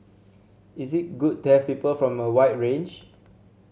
is it good to have people from a wide range